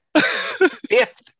Fifth